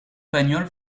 pagnol